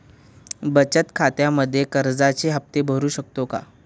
बचत खात्यामधून कर्जाचे हफ्ते भरू शकतो का?